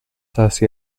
hacia